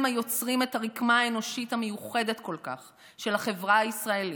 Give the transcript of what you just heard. הם היוצרים את הרקמה האנושית המיוחדת כל כך של החברה הישראלית.